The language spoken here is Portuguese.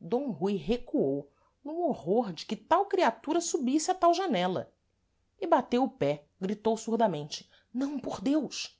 d rui recuou no horror de que tal criatura subisse a tal janela e bateu o pé gritou surdamente não por deus